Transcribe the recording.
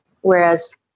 whereas